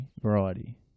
variety